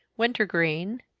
winter-green,